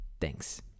thanks